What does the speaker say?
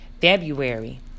February